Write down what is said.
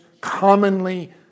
commonly